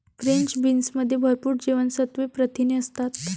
French बीन्समध्ये भरपूर जीवनसत्त्वे, प्रथिने असतात